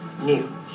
New